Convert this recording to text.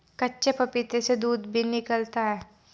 कच्चे पपीते से दूध भी निकलता है